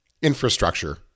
infrastructure